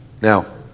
Now